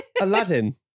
aladdin